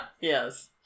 yes